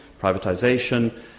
privatisation